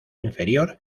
inferior